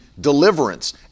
deliverance